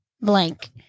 Blank